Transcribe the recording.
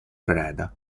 preda